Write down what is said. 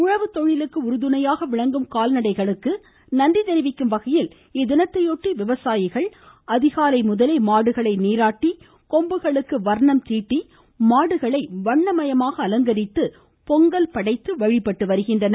உழவுத்தொழிலுக்கு உறுதுணையாக விளங்கும் கால்நடைகளுக்கு நன்றி தெரிவிக்கும் வகையில் இத்தினத்தையொட்டி விவசாயிகள் அதிகாலை ழதலே மாடுகளை நீராட்டி கொம்புகளுக்கு வர்ணம் தீட்டி மாடுகளை வண்ணமயமாக அலங்கரித்து பொங்கல் படைத்து வழிபட்டு வருகின்றனர்